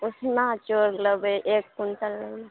उसना चाउर लेबै एक क्विण्टल